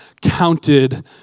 counted